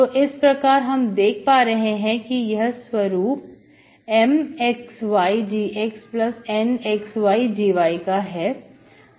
तो इस प्रकार हम देख पा रहे हैं कि यह स्वरूप MxydxNxydy0का है